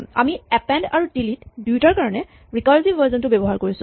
আমি এপেন্ড আৰু ডিলিট দুয়োটাৰে কাৰণে ৰিকাৰছিভ ভাৰ্জন টো ব্যৱহাৰ কৰিছোঁ